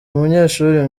umunyeshuri